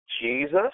Jesus